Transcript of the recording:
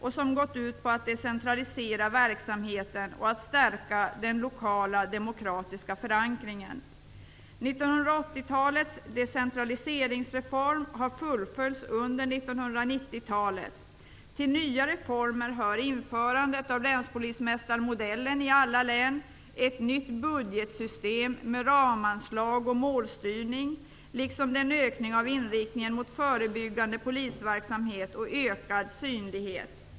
De har gått ut på att decentralisera verksamheten och stärka den lokala demokratiska förankringen. 1980-talets decentraliseringsreform har fullföljts under 1990-talet. Till nya reformer hör införandet av länspolismästarmodellen i alla län, ett nytt budgetsystem med ramanslag och målstyrning liksom en ökning av inriktningen mot förebyggande polisverksamhet och ökad synlighet.